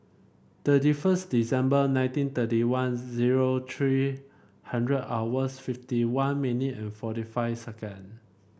thirty first December nineteen thirty one zero three hundred hours fifty one minute and forty five second